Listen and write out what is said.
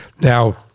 now